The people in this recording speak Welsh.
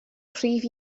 cryf